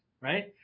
right